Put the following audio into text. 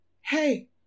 hey